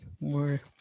more